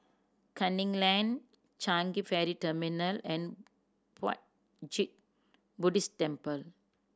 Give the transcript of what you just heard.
Canning Lane Changi Ferry Terminal and Puat Jit Buddhist Temple